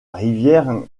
rivière